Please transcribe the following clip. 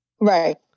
right